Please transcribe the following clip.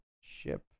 Ship